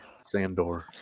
Sandor